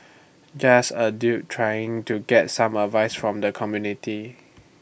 just A dude trying to get some advice from the community